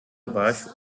baixo